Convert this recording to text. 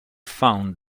found